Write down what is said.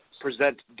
present